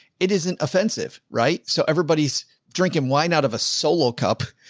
it isn't offensive. right. so everybody's. drinking wine out of a solo cup,